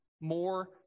more